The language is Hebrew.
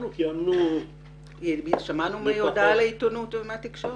אנחנו קיימנו --- שמענו על כך דרך העיתונות והתקשורת.